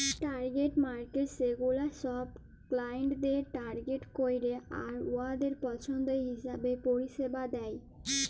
target markets ছেগুলা ছব ক্লায়েন্টদের টার্গেট ক্যরে আর উয়াদের পছল্দ হিঁছাবে পরিছেবা দেয়